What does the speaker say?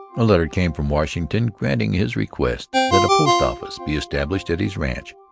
a letter came from washington granting his request that a post-office be established at his ranch,